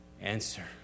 Answer